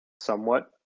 somewhat